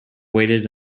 waited